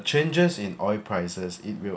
changes in oil prices it will